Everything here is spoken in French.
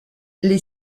les